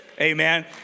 amen